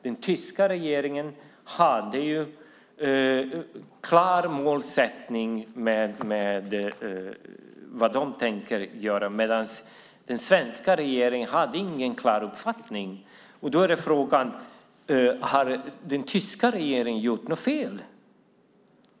Den tyska regeringen hade en klar målsättning med vad den tänkte göra medan den svenska regeringen inte hade någon klar uppfattning om det. Därför är frågan om den tyska regeringen gjort något fel.